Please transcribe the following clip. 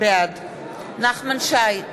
בעד נחמן שי,